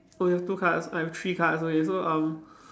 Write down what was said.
oh you have two cards I have three cards okay so um